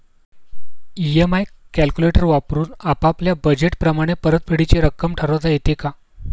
EMI calculator वापरून आपापल्या budget प्रमाणे परतफेडीची रक्कम ठरवता येते का?